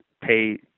pay